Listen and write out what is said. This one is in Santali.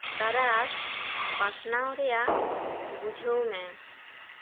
ᱛᱟᱨᱟᱥ ᱯᱟᱥᱱᱟᱣ ᱨᱮᱭᱟᱜ ᱵᱩᱡᱷᱟᱹᱣ ᱢᱮ